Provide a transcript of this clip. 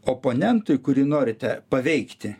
oponentui kurį norite paveikti